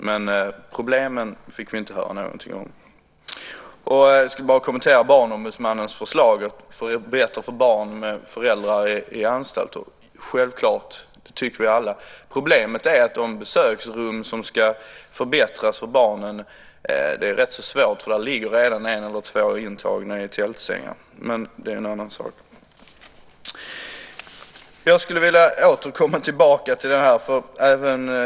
Men problemen fick vi inte höra någonting om. Jag ska kommentera Barnombudsmannens förslag att göra det bättre för barn med föräldrar i anstalt. Självklart tycker vi alla det. Problemet är att det är rätt svårt att förbättra besöksrum för barnen. Där ligger redan en eller två intagna i tältsängar, men det är en annan sak. Jag skulle vilja komma tillbaka till en annan fråga.